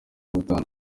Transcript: batanu